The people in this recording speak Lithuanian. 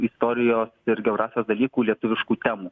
istorijos ir geografijos dalykų lietuviškų temų